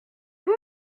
vous